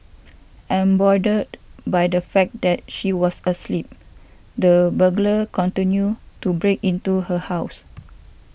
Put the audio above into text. emboldened by the fact that she was asleep the burglar continued to break into her house